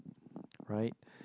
right